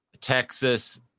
Texas